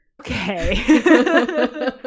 Okay